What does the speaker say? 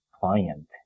Client